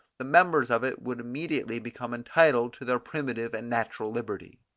the members of it would immediately become entitled to their primitive and natural liberty.